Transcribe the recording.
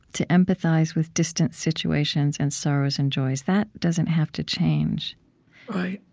to empathize with distant situations and sorrows and joys. that doesn't have to change right.